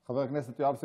חבר הכנסת יואב סגלוביץ'